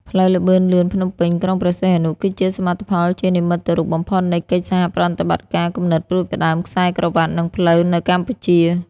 ផ្លូវល្បឿនលឿនភ្នំពេញ-ក្រុងព្រះសីហនុ គឺជាសមិទ្ធផលជានិមិត្តរូបបំផុតនៃកិច្ចសហប្រតិបត្តិការ គំនិតផ្ដួចផ្ដើមខ្សែក្រវាត់ និងផ្លូវ នៅកម្ពុជា។